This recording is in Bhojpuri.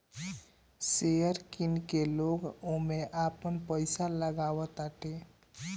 शेयर किन के लोग ओमे आपन पईसा लगावताटे